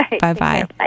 Bye-bye